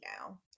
now